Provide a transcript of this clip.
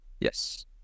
Yes